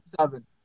seven